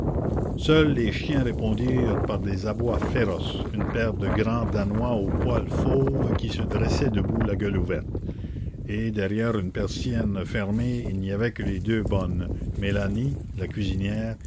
seuls les chiens répondirent par des abois féroces une paire de grands danois au poil fauve qui se dressaient debout la gueule ouverte et derrière une persienne fermée il n'y avait que les deux bonnes mélanie la cuisinière